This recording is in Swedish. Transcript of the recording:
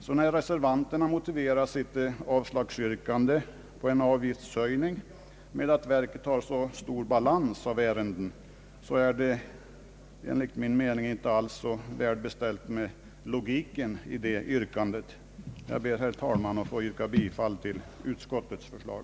När därför reservanterna motiverar sitt avslagsyrkande i fråga om en avgiftshöjning med uppgiften att verket har en så stor balans av ärenden är det enligt min mening inte så särskilt välbeställt med logiken i detta yrkande. Jag ber, herr talman, att få yrka bifall till utskottets förslag.